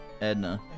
Edna